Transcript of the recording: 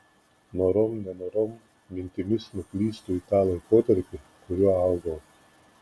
norom nenorom mintimis nuklystu į tą laikotarpį kuriuo augau